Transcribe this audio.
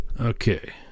Okay